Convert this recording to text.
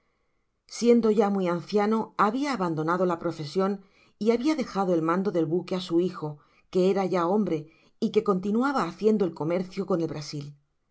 siendo ya itíy anciano habia abandonado la profe'áion y hábia dejado el mandó del buque í sühijo que érá ya hombre y qtié continuaba haciendo el comercio con el brasil